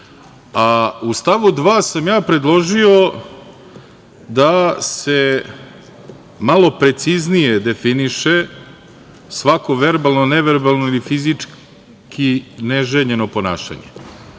stavu 2. sam predložio da se malo preciznije definiše svako verbalno, neverbalno ili fizički neželjeno ponašanje.